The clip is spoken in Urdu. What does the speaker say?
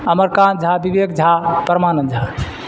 امرکانت جھا وویک جھا پرمانند جھا